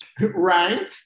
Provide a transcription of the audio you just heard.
Right